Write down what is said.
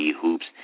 Hoops